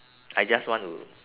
I just want to